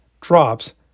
drops